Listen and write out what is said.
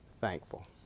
Thankful